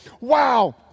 Wow